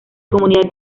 comunidad